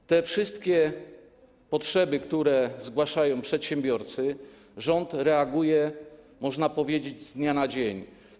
Na te wszystkie potrzeby, które zgłaszają przedsiębiorcy, rząd reaguje, można powiedzieć, z dnia na dzień.